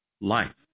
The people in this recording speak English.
Life